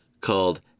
called